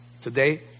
Today